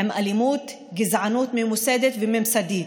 עם אלימות, גזענות ממוסדת וממסדית,